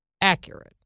accurate